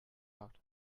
out